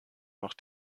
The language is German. noch